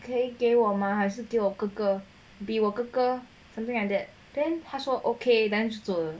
可以给我吗还是给我哥哥 be 我哥哥 something like that then 他说 okay then 就走了